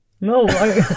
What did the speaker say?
No